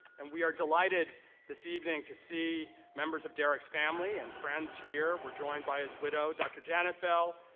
and we are delighted this evening to see members of derrick's family and friends here. we're joined by his widow, dr. janet bell,